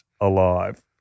alive